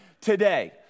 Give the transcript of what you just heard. today